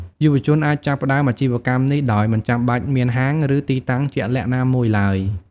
យុវជនអាចចាប់ផ្តើមអាជីវកម្មនេះដោយមិនចាំបាច់មានហាង ឬទីតាំងជាក់លាក់ណាមួយឡើយ។